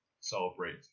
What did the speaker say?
celebrate